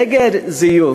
נגד זיוף.